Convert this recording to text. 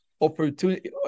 opportunity